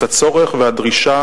את הצורך והדרישה